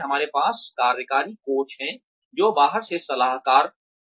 हमारे पास कार्यकारी कोच हैं जो बाहर के सलाहकार हैं